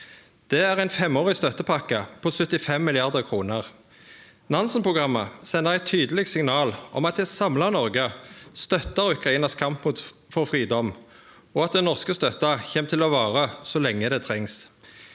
Det er ein femårig støttepakke på 75 mrd. kr. Nansen-programmet sender eit tydeleg signal om at eit samla Noreg støttar Ukrainas kamp for fridom, og at den norske støtta kjem til å vare så lenge det trengst.